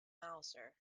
mouser